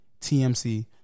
TMC